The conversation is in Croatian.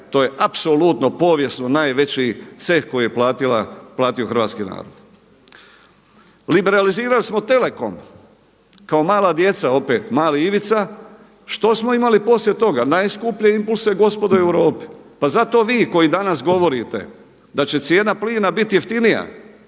To je apsolutno povijesno najveći ceh koji je platio hrvatski narod. Liberalizirali smo Telekom kao mala djeca opet, mali Ivica. Što smo imali poslije toga? Najskuplje impulse gospodo u Europi. Pa zato vi koji danas govorite da će cijena plina biti jeftinija